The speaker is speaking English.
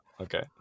Okay